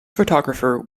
photographer